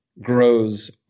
grows